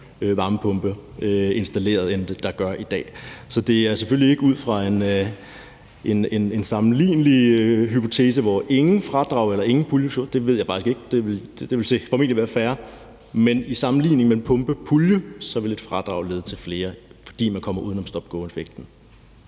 varmepumper, end der gør i dag. Så det er selvfølgelig ikke ud fra en sammenlignelig hypotese i forhold til ingen fradrag eller ingen pulje – det ved jeg faktisk ikke, det ville formentlig give færre – men i sammenligning med en pumpepulje vil et fradrag føre til flere, fordi man kommer uden om stop and go-effekten.